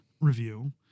review